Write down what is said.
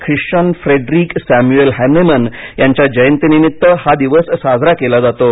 Christian Frederick Samuel Hahnemann यांच्या जयंतीनिमित्त हा दिवस साजरा केला जातो